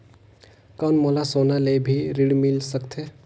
कौन मोला सोना ले भी ऋण मिल सकथे?